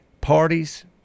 parties